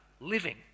living